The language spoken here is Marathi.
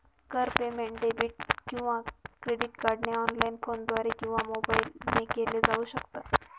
कर पेमेंट डेबिट किंवा क्रेडिट कार्डने ऑनलाइन, फोनद्वारे किंवा मोबाईल ने केल जाऊ शकत